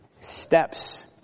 steps